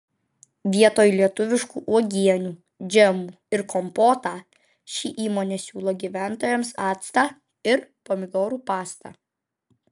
vietoj lietuviškų uogienių džemų ir kompotą ši įmonė siūlo gyventojams actą ir pomidorų pastą